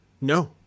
No